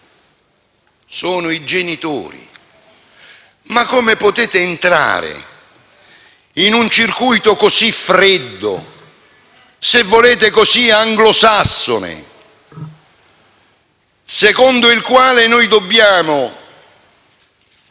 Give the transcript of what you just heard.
sono i genitori. Come potete entrare in un circuito così freddo, se volete, così anglosassone, secondo il quale noi dobbiamo